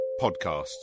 podcasts